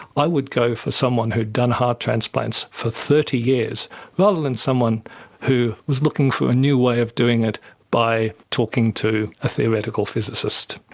i would go for someone who had done heart transplants for thirty years rather than someone who was looking for a new way of doing it by talking to a theoretical physicist.